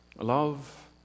Love